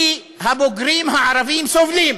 כי הבוגרים הערבים סובלים.